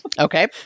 Okay